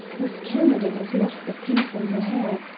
miss camerden has lost a pin from her hair,